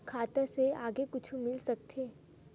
खाता से आगे कुछु मिल सकथे?